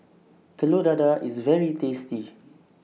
Telur Dadah IS very tasty